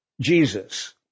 Jesus